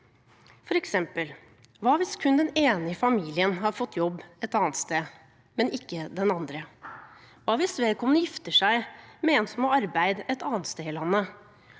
f.eks. kun den ene i familien har fått jobb et annet sted, men ikke den andre? Hva hvis vedkommende gifter seg med en som har arbeid et annet sted i landet?